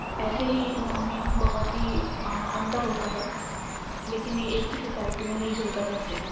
ایسے ہی انہوں میں بہت ہی انتر ہوتا ہے لیکن یہ ایک ہی سوسائٹی میں مل جل کر رہتے ہیں